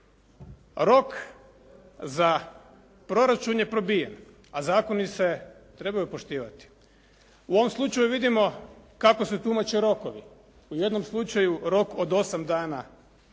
Rok za proračun je probijen, a zakoni se trebaju poštivati. U ovom slučaju vidimo kako se tumače rokovi. U jednom slučaju rok od 8 dana za